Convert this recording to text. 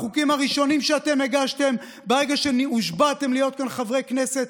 החוקים הראשונים שאתם הגשתם ברגע שהושבעתם להיות כאן חברי כנסת,